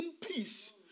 peace